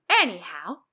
Anyhow